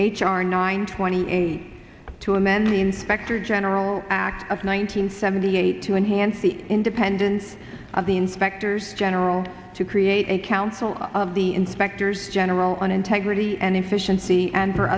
r nine twenty eight to amend the inspector general act of one hundred seventy eight to enhance the independence of the inspectors general to create a council of the inspectors general on integrity and efficiency and for